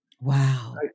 Wow